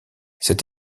cette